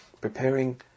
preparing